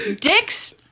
Dicks